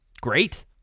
Great